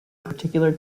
particular